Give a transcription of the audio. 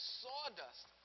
sawdust